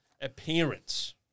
Appearance